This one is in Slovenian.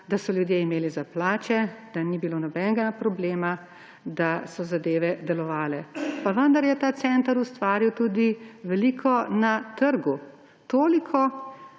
da so ljudje imeli za plače, da ni bilo nobenega problema, da so zadeve delovale. Pa vendar je ta center ustvaril tudi veliko na trgu, toliko,